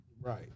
Right